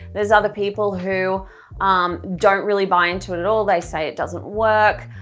there's other people who don't really buy into it at all, they say it doesn't work,